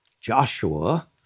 Joshua